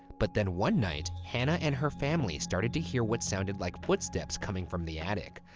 but then one night, hannah and her family started to hear what sounded like footsteps coming from the attic,